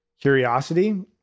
curiosity